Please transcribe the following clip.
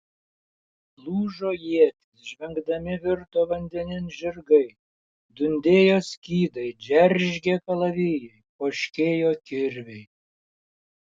lūžo ietys žvengdami virto vandenin žirgai dundėjo skydai džeržgė kalavijai poškėjo kirviai